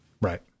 Right